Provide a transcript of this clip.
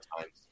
times